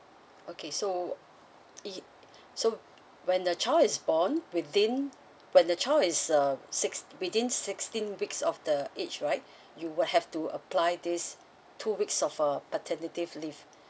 okay so e~ so when the child is born within when the child is uh six within sixteen weeks of the age right you will have to apply these two weeks of uh paternity leave